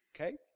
Okay